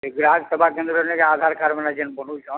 ଗ୍ରାହକ ସେବା କେନ୍ଦ୍ର ନେ ଆଧାର କାର୍ଡ଼ ଯେନ୍ ବନଉଛନ୍